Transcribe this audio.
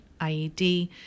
IED